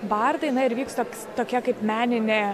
bardai na ir vyks toks tokia kaip meninė